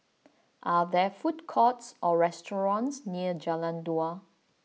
are there food courts or restaurants near Jalan Dua